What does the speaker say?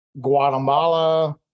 Guatemala